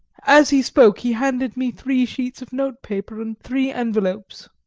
as he spoke he handed me three sheets of note-paper and three envelopes.